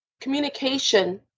communication